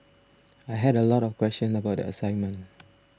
I had a lot of questions about the assignment